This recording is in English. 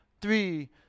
three